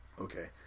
Okay